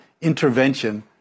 intervention